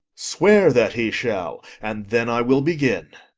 swear that he shall, and then i will begin.